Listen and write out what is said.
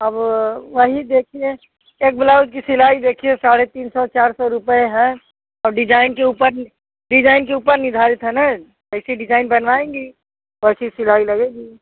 अब वही देखिए एक ब्लाउज की सिलाई देखिए साढ़े तीन सौ चार सौ रुपये है और डिजाइन के ऊपर डिजाइन के ऊपर निर्धारित है ना जैसी डिजाइन बनवाएँगी वैसे सिलाई लगेगी